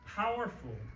powerful